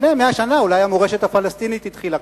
לפני 100 שנה אולי המורשת הפלסטינית התחילה,